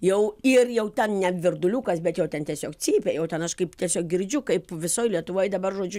jau ir jau ten ne virduliukas bet jau ten tiesiog cypia jau ten aš kaip tiesiog girdžiu kaip visoj lietuvoj dabar žodžiu